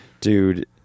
dude